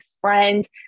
friend